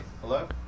Hello